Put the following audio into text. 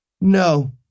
no